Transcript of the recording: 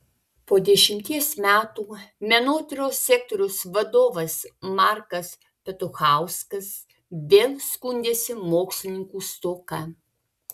po dešimties metų menotyros sektoriaus vadovas markas petuchauskas vėl skundėsi mokslininkų stoka